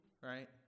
Right